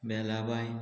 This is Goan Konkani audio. बेलाबाय